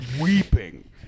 weeping